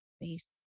face